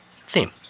theme